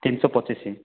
ତିନିଶହ ପଚିଶି